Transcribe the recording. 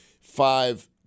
Five